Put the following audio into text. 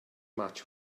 match